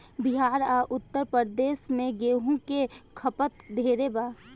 बिहार आ उत्तर प्रदेश मे गेंहू के खपत ढेरे बा